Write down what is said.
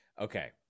okay